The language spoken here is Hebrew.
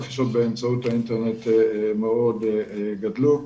הרכישות באמצעות האינטרנט גדלו מאוד.